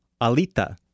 Alita